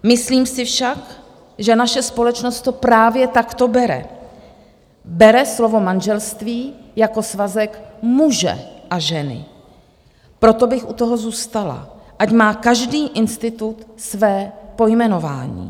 Myslím si však, že naše společnost to právě takto bere, bere slovo manželství jako svazek muže a ženy, proto bych u toho zůstala, ať má každý institut své pojmenování.